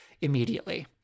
immediately